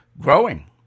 growing